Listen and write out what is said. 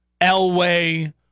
Elway